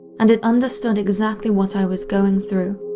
and it understood exactly what i was going through.